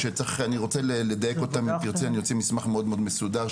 אם תרצי אני אוציא מסמך מאוד מסודר,